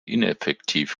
ineffektiv